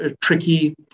tricky